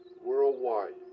worldwide